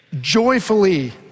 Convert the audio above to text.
joyfully